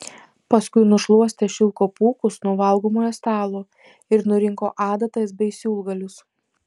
paskui nušluostė šilko pūkus nuo valgomojo stalo ir nurinko adatas bei siūlgalius